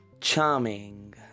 charming